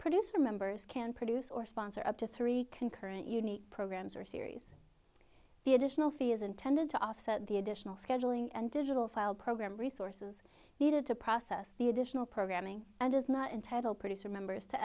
producer members can produce or sponsor up to three concurrent unique programs or series the additional fee is intended to offset the additional scheduling and digital file program resources needed to process the additional programming and does not entitle producer members to